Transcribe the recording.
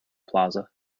plaza